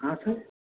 हाँ सर